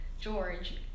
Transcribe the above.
George